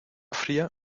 fría